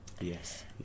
Yes